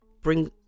bring